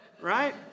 right